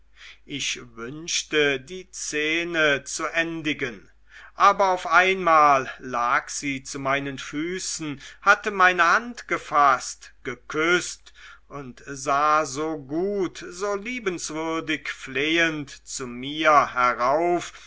ich wünschte die szene zu endigen aber auf einmal lag sie zu meinen füßen hatte meine hand gefaßt geküßt und sah so gut so liebenswürdig flehend zu mir herauf